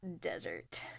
desert